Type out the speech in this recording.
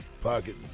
pocket